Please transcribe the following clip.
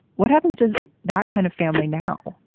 what happens to that kind of family now?